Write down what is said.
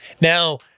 Now